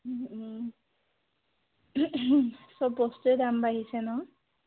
সব বস্তুৰে দাম বাঢ়িছে নহ্